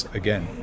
again